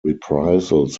reprisals